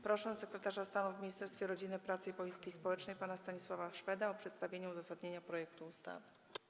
Proszę sekretarza stanu w Ministerstwie Rodziny, Pracy i Polityki Społecznej pana Stanisława Szweda o przedstawienie uzasadnienia projektu ustawy.